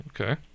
Okay